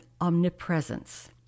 omnipresence